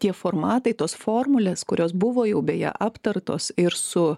tie formatai tos formulės kurios buvo jau beje aptartos ir su